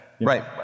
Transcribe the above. Right